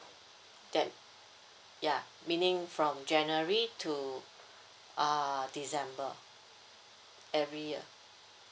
them ya meaning from january to ah december every year